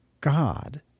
God